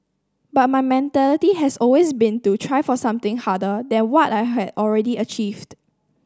but my mentality has always been to try for something harder than what I had already achieved